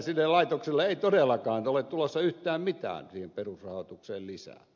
sinne laitokselle ei todellakaan ole tulossa yhtään mitään siihen perusrahoitukseen lisää